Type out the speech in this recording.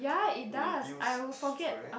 reduce stress